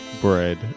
bread